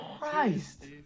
Christ